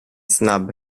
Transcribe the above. snabb